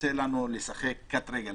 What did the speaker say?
יוצא לנו לשחק קטרגל,